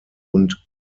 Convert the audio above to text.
und